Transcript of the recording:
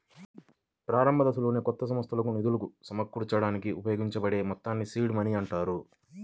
ప్రారంభదశలోనే కొత్త సంస్థకు నిధులు సమకూర్చడానికి ఉపయోగించబడే మొత్తాల్ని సీడ్ మనీ అంటారు